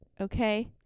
Okay